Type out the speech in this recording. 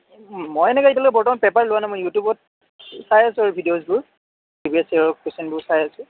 মই এনেকৈ এতিয়ালৈকে বৰ্তমান পেপাৰ লোৱা নাই মই ইউটিউবত চাই আছো আৰু ভিডিঅ'জবোৰ প্ৰিভিয়াছ ইয়েৰৰ কুৱেচনবোৰ চাই আছো